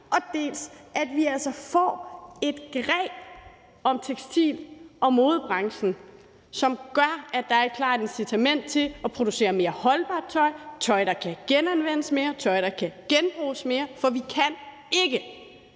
dels at vi altså får et greb om tekstil- og modebranchen, som gør, at der er et klart incitament til at producere mere holdbart tøj, tøj, der kan genanvendes mere, tøj, der kan genbruges mere. For vi kan ikke